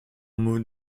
mode